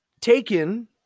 taken